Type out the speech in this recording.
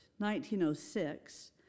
1906